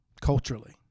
culturally